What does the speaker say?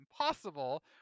impossible